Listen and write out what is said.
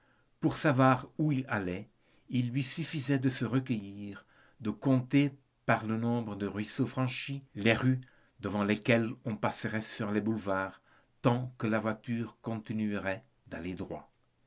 pour savoir où il allait il lui suffisait de se recueillir de compter par le nombre des ruisseaux franchis les rues devant lesquelles on passerait sur les boulevards tant que la voiture continuerait d'aller droit